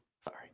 Sorry